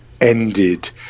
ended